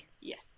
Yes